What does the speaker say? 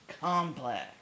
Complex